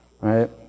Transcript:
Right